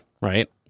right